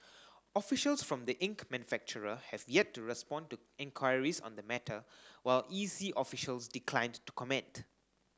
officials from the ink manufacturer have yet to respond to enquiries on the matter while E C officials declined to comment